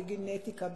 בגנטיקה,